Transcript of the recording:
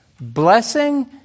blessing